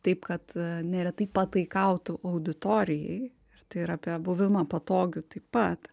taip kad neretai pataikautų auditorijai ir tai yra apie buvimą patogiu taip pat